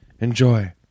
Enjoy